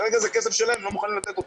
כרגע זה כסף שלהם והם לא מוכנים לתת אותו.